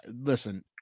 Listen